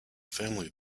family